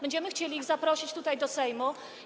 Będziemy chcieli ich zaprosić tutaj, do Sejmu.